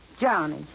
Johnny